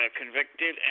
convicted